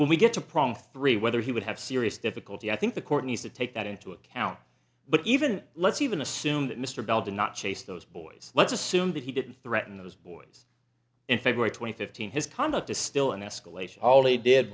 when we get to problem three whether he would have serious difficulty i think the court needs to take that into account but even let's even assume that mr bell do not chase those boys let's assume that he didn't threaten those boys in february twenty fifteen his conduct is still an escalation all they did